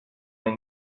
les